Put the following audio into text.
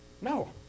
No